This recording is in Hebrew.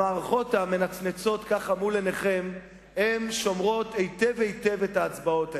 המערכות המנצנצות מול עיניכם שומרות היטב היטב את ההצבעות האלה.